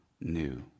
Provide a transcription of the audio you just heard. new